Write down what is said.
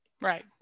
Right